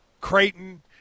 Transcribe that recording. Creighton